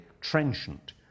trenchant